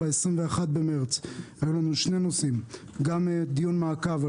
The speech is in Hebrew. ב-21 במרס היו שני נושאים: גם דיון מעקב על